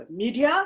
media